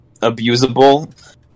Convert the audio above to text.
abusable